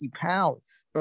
pounds